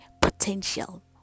potential